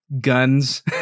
guns